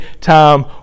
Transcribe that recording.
time